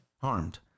harmed